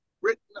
written